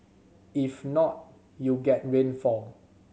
if not you get rainfall